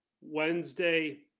Wednesday